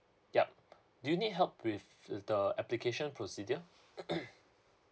yup do you need help with with the application procedure